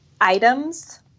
items